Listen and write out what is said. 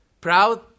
proud